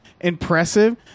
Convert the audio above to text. impressive